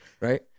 right